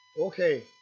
okay